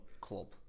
club